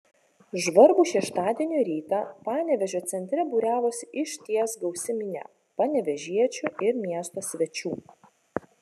žvarbų šeštadienio rytą panevėžio centre būriavosi išties gausi minia panevėžiečių ir miesto svečių